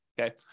Okay